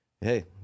hey